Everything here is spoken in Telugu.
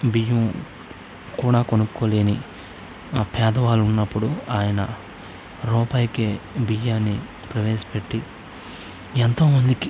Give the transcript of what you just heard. బియ్యం కూడా కొనుక్కోలేని పేదవాళ్ళు ఉన్నప్పుడు ఆయన రూపాయికే బియ్యాన్ని ప్రవేశపెట్టి ఎంతో మందికి